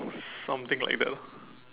something like that lah